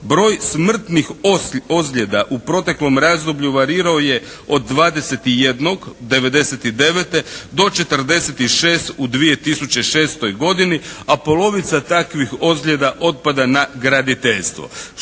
Broj smrtnih ozljeda u proteklom razdoblju varirao je od 21 '99. do 46 u 2006. godini, a polovica takvih ozljeda otpada na graditeljstvo.